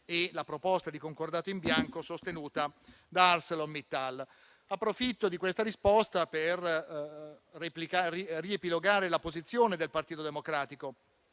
e la proposta di concordato in bianco sostenuta da ArcelorMittal, dall'altra. Approfitto di questa risposta per riepilogare la posizione del Partito Democratico.